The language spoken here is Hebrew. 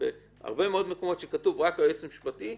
שבהרבה מאוד מקומות שבהם כתוב רק היועץ המשפטי,